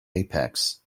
apex